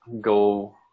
go